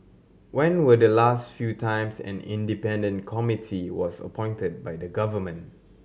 when were the last few times an independent committee was appointed by the government